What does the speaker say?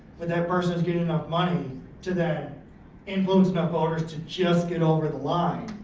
but that person is getting enough money to then influence enough voters to just get over the line.